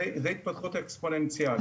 זאת התפתחות אקספוננציאלית.